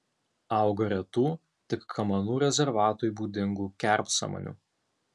auga retų tik kamanų rezervatui būdingų kerpsamanių